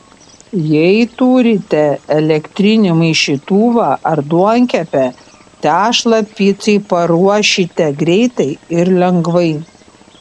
jei turite elektrinį maišytuvą ar duonkepę tešlą picai paruošite greitai ir lengvai